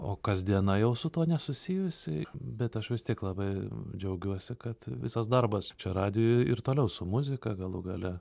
o kasdiena jau su tuo nesusijusi bet aš vis tiek labai džiaugiuosi kad visas darbas čia radijuj ir toliau su muzika galų gale